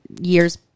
years